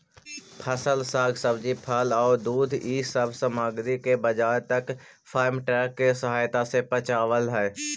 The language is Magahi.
फसल, साग सब्जी, फल औउर दूध इ सब सामग्रि के बाजार तक फार्म ट्रक के सहायता से पचावल हई